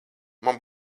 man